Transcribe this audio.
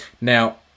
Now